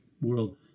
world